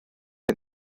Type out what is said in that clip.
ein